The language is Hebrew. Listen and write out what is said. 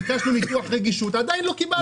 ביקשנו ניתוח רגישות ועדיין לא קיבלנו.